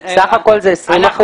סך הכול אלה 20 אחוזים.